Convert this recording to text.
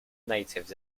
natives